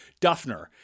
Duffner